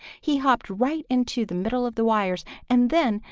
he hopped right into the middle of the wires, and then,